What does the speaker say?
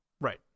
right